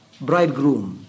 bridegroom